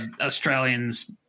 Australians